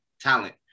talent